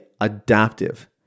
adaptive